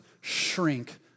shrink